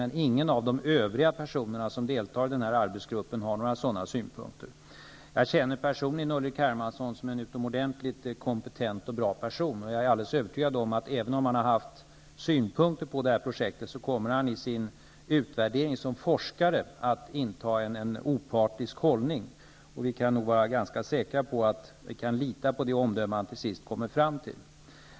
Men ingen av de övriga personer som deltar i arbetsgruppen har några sådana synpunkter. Jag känner personligen Ulrik Hermansson som en utomordentligt kompetent och bra person, och jag är alldeles övertygad om att han i sin utvärdering av projektet som forskare kommer att inta en opartisk hållning, även om har haft synpunkter på projektet. Vi kan nog vara ganska säkra på att vi kan lita på det omdöme han till sist kommer fram till.